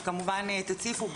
אז כמובן תציפו,